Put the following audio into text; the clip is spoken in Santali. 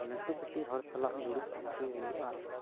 ᱞᱟᱴᱩ ᱠᱟᱹᱴᱤᱡ ᱦᱚᱲ ᱥᱟᱞᱟᱜ ᱫᱩᱲᱩᱵ ᱯᱟᱱᱛᱮ ᱦᱩᱭᱩᱜᱼᱟ